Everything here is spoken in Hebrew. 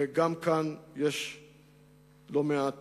וגם כאן צריך להשקיע לא מעט